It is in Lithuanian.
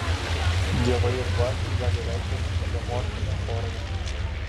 dievai ir dvasios gali reikštis zoomorfine forma